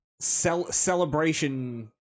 celebration